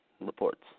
reports